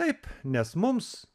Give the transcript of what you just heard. taip nes mums